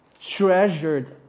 treasured